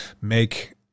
Make